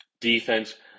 Defense